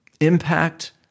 impact